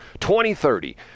2030